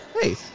hey